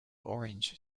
orange